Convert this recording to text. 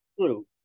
true